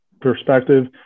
perspective